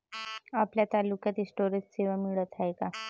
आपल्या तालुक्यात स्टोरेज सेवा मिळत हाये का?